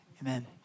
Amen